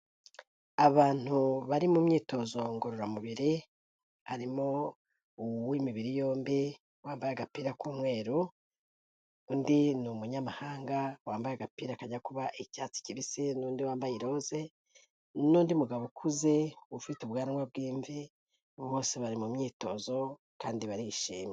Abantu bari mu myitozo ngororamubiri, harimo uw'imibiri yombi wambaye agapira k'umweru, undi ni umunyamahanga wambaye agapira kajya kuba icyatsi kibisi n'undi wambaye iroze n'undi mugabo ukuze ufite ubwanwa bw'imvi; bose bari mu myitozo kandi barishimye.